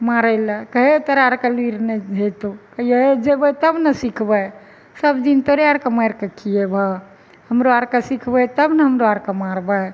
मारै लए कहै है तोरा आरके लुरि नहि हेतौ कहियै है जेबै तब ने सिखबै सबदिन तोरे आरके मारि कऽ खियेबो हमरो आरके सिखबै तब ने हमरो आरके मारबै